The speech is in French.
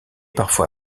parfois